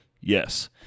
Yes